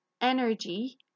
energy